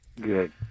Good